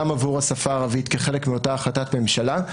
עבור השפה הערבית כחלק מאותה החלטת ממשלה.